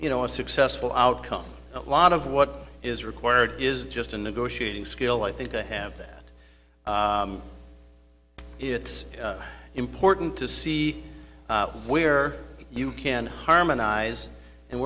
ou know a successful outcome a lot of what is required is just a negotiating skill i think to have that it's important to see where you can harmonize and